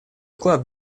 вклад